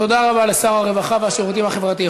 תודה רבה לשר הרווחה והשירותים החברתיים.